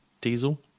Diesel